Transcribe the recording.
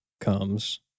comes